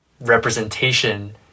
representation